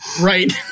right